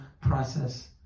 process